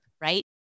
right